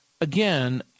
Again